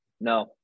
No